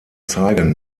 zeigen